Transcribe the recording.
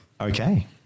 okay